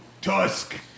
Tusk